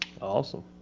awesome